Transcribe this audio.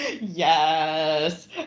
yes